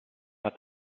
hat